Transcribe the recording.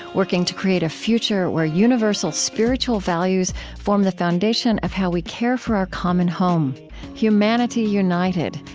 working to create a future where universal spiritual values form the foundation of how we care for our common home humanity united,